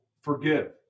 forgive